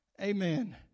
Amen